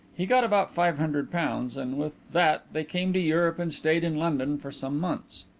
he got about five hundred pounds, and with that they came to europe and stayed in london for some months.